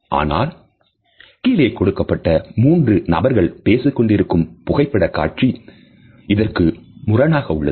ஆனால் கீழே கொடுக்கப்பட்ட மூன்று நபர்கள் பேசிக்கொண்டிருக்கும் புகைப்பட காட்சி இதற்கு முரணாக உள்ளது